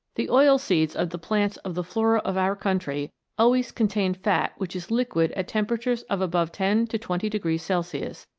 the oil-seeds of the plants of the flora of our country always contain fat which is liquid at temperatures of above ten to twenty degrees celsius,